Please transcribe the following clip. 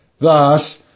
Thus